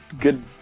good